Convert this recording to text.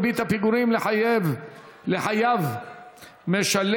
ביטול ריבית הפיגורים לחייב משלם),